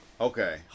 Okay